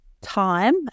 time